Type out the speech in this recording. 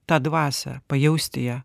tą dvasią pajausti ją